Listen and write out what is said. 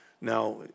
Now